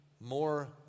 more